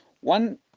one